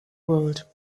world